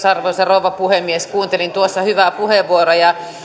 arvoisa rouva puhemies kuuntelin tuossa hyvää puheenvuoroa